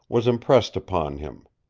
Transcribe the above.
was impressed upon him.